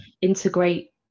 integrate